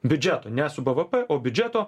biudžeto ne su b v p o biudžeto